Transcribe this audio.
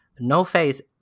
No-Face